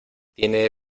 tiene